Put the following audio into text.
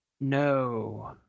No